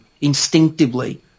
instinctively